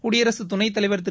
குடியரசுத் துணைத் தலைவர் திரு